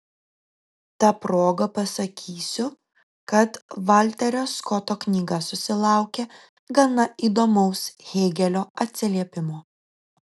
ta proga pasakysiu kad valterio skoto knyga susilaukė gana įdomaus hėgelio atsiliepimo